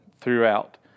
throughout